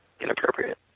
inappropriate